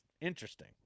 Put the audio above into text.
interesting